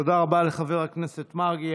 תודה רבה לחבר הכנסת מרגי.